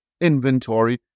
inventory